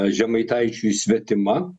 žemaitaičiui svetima